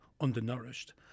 undernourished